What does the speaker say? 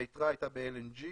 והיתרה הייתה ב-LNG.